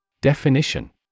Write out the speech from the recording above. Definition